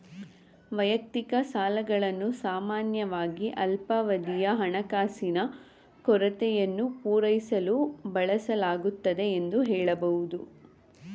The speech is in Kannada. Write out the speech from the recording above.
ವೈಯಕ್ತಿಕ ಸಾಲಗಳನ್ನು ಸಾಮಾನ್ಯವಾಗಿ ಅಲ್ಪಾವಧಿಯ ಹಣಕಾಸಿನ ಕೊರತೆಯನ್ನು ಪೂರೈಸಲು ಬಳಸಲಾಗುತ್ತೆ ಎಂದು ಹೇಳಬಹುದು